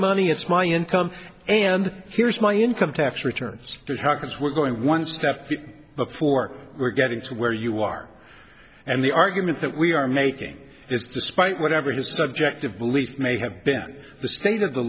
money it's my income and here's my income tax returns because we're going one step before we're getting to where you are and the argument that we are making is despite whatever his subject of belief may have been the state of the